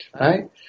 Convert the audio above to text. Right